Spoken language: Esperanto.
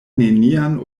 nenian